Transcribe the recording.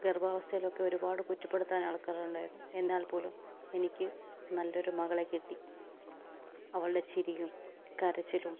ഗർഭാവസ്ഥയിലൊക്കെ ഒരുപാട് കുറ്റപ്പെടുത്താൻ ആൾക്കാർ ഉണ്ടായിരുന്നു എന്നാൽ പോലും എനിക്ക് നല്ലൊരു മകളെ കിട്ടി അവളുടെ ചിരിയും കരച്ചിലും